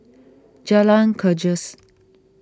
Jalan Gajus